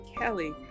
Kelly